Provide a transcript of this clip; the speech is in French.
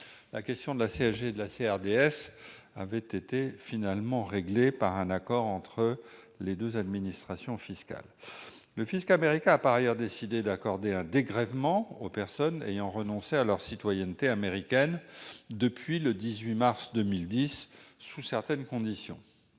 remboursement de la dette sociale (CRDS) avait été finalement réglée par un accord entre les deux administrations fiscales. Le fisc américain a par ailleurs décidé d'accorder un dégrèvement aux personnes ayant renoncé à leur citoyenneté américaine depuis le 18 mars 2010, sous certaines conditions.